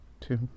Two